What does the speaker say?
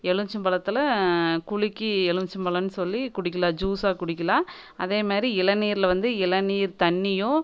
எலுமிச்சம்பழத்தில் குலுக்கி எலுமிச்சம்பழம்னு சொல்லி குடிக்கலாம் ஜூஸாக குடிக்கலாம் அதேமாதிரி இளநீர்ல வந்து இளநீர் தண்ணியும்